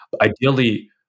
Ideally